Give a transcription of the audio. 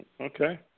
Okay